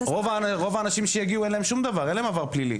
רוב האנשים שיגיעו אין להם שום דבר ואין להם עבר פלילי.